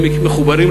הם מחוברים,